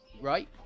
right